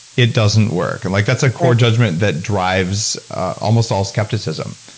it doesn't work. and like that's a core judgment that drives almost all skepticism,